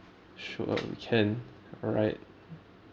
sure we can alright